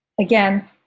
Again